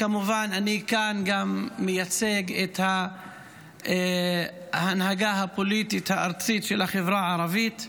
כמובן אני מייצג כאן גם את ההנהגה הפוליטית הארצית של החברה הערבית.